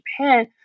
Japan